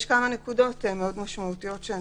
יש כמה נקודות מאוד משמעותיות שאני